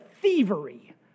thievery